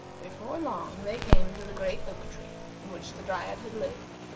before long they came to the great oak-tree in which the dryad had lived,